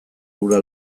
hura